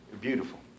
Beautiful